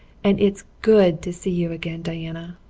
and it's good to see you again, diana!